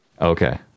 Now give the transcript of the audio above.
okay